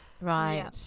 right